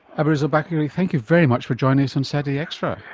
aburizal bakrie, thank you very much for joining us on saturday extra.